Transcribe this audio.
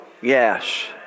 Yes